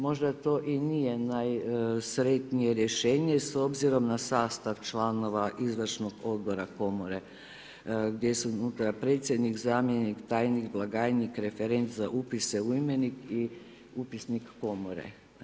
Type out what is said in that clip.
Možda to i nije najsretnije rješenje s obzirom na sastav članova izvršnog odbora komore, gdje se unutra predsjednik, zamjenik, tajnik, blagajnik, referent za upise u imenik i upisnik komore.